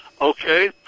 Okay